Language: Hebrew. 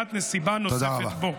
וקביעת נסיבה נוספת בו.